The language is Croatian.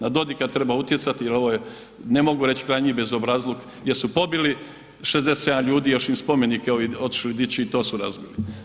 Na Dodika treba utjecati jer ovo je, ne mogu reći krajnji bezobrazluk gdje su pobili 67 ljudi još im spomenike ovi otišli dići i to su razbili.